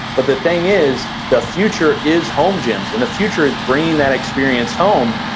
but the thing is, the future is home gyms, and the future is bringing that experience home.